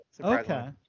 Okay